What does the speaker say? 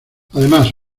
además